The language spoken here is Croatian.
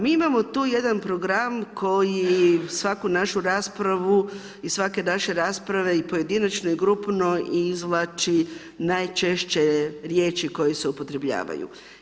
Mi imamo tu jedan program koji svaku našu raspravu i svake naše rasprave i pojedinačne i grupno izvlači najčešće riječi koje se upotrebljavaju.